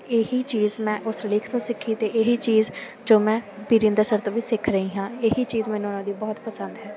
ਇਹ ਹੀ ਚੀਜ਼ ਮੈਂ ਉਸ ਲੇਖ ਤੋਂ ਸਿੱਖੀ ਅਤੇ ਇਹ ਹੀ ਚੀਜ਼ ਜੋ ਮੈਂ ਵਰਿੰਦਰ ਸਰ ਤੋਂ ਵੀ ਸਿੱਖ ਰਹੀ ਹਾਂ ਇਹ ਹੀ ਚੀਜ਼ ਮੈਨੂੰ ਉਹਨਾਂ ਦੀ ਬਹੁਤ ਪਸੰਦ ਹੈ